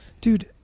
dude